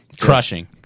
crushing